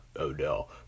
Odell